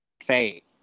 fate